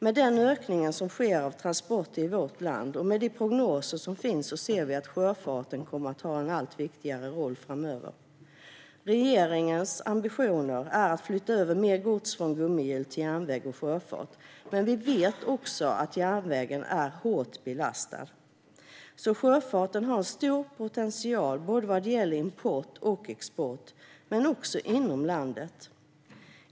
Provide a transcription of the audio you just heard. Med den ökning som sker av transporter i vårt land och med de prognoser som finns ser vi att sjöfarten kommer att ha en allt viktigare roll framöver. Regeringens ambitioner är att flytta över mer gods från gummihjul till järnväg och sjöfart, men vi vet också att järnvägen är hårt belastad. Sjöfarten har en stor potential både vad gäller import och export men också inom landet.